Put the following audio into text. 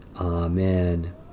Amen